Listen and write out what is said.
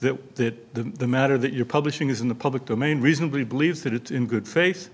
believes that the matter that you're publishing is in the public domain reasonably believes that it in good faith